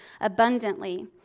abundantly